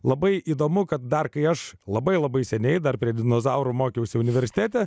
labai įdomu kad dar kai aš labai labai seniai dar prie dinozaurų mokiausi universitete